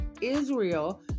Israel